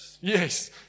Yes